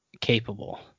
capable